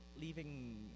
leaving